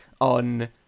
on